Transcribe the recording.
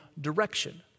direction